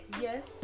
yes